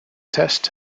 test